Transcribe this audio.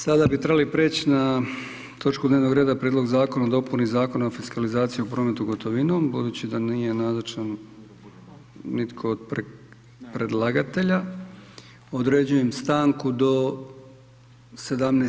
Sada bi trebali prijeći na točku dnevnog reda Prijedlog zakona o dopuni Zakona o fiskalizaciji u prometu gotovinom, budući da nije nazočan nitko od predlagatelja, određujem stanku do 17,